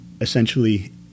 essentially